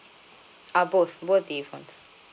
ah both both the phone